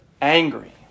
angry